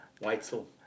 Weitzel